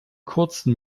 kurzen